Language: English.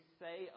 say